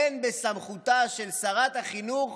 אין בסמכותה של שרת החינוך